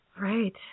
Right